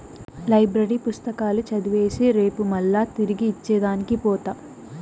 library పుస్తకాలు చదివేసి రేపు మల్లా తిరిగి ఇచ్చే దానికి పోత